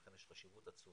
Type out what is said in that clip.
לכן יש חשיבות עצומה.